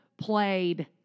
played